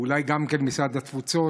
אולי גם למשרד התפוצות,